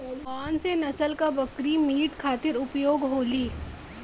कौन से नसल क बकरी मीट खातिर उपयोग होली?